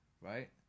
right